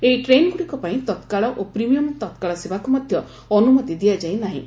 ଏହି ଟ୍ରେନ୍ଗୁଡ଼ିକ ପାଇଁ ତତ୍କାଳ ଓ ପ୍ରିମିୟମ ତତ୍କାଳସେବାକୁ ମଧ୍ୟ ଅନୁମତି ଦିଆଯାଇନାହିଁ